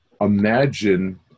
imagine